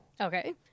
Okay